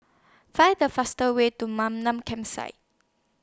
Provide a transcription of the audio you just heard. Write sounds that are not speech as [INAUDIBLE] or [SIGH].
Find The faster Way to [UNINTELLIGIBLE] Campsite